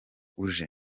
uje